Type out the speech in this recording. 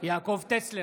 יעקב טסלר,